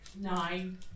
Nine